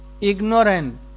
ignorant